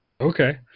Okay